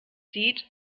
sieht